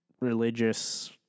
Religious